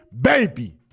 baby